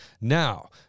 Now